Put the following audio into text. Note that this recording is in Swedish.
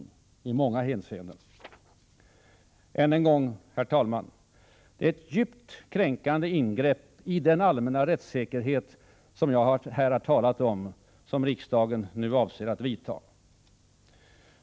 Än en gång, herr talman, vill jag säga att det är ett djupt kränkande ingreppi den allmänna rättssäkerhet jag här talat om som riksdagen nu avser att vidta.